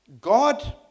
God